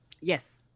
yes